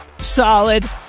solid